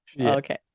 Okay